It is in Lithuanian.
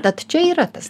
tad čia yra tas